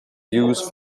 used